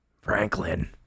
Franklin